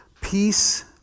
Peace